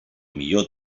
millor